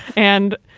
and,